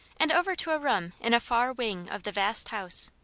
and over to a room in a far wing of the vast house.